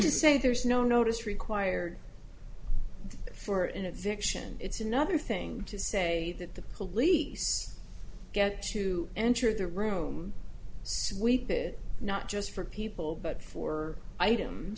to say there's no notice required for an addiction it's another thing to say that the police get to enter the room sweep it not just for people but for items